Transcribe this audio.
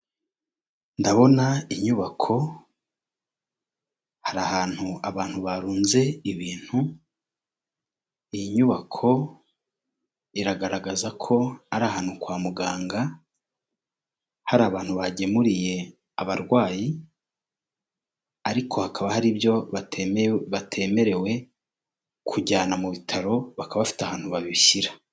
Ndabona inyubako hari ahantu abantu barunze ibintu, iyi nyubako iragaragaza ko ari ahantu kwa muganga, hari abantu bagemuriye abarwayi ariko hakaba hari ibyo batemewe batemerewe kujyana mu bitaro bakaba bafite ahantu babishyira.